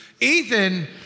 Ethan